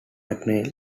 mcneill